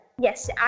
yes